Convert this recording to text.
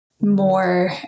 more